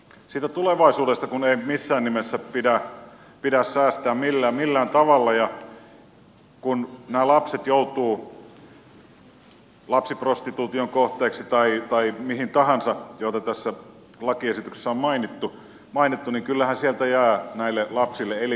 siitä tulevaisuudesta ei missään nimessä pidä säästää millään tavalla ja kun nämä lapset joutuvat lapsiprostituution kohteeksi tai mihin tahansa mitä tässä lakiesityksessä on mainittu niin kyllähän siitä jää näille lapsille elinikäiset traumat